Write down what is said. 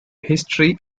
history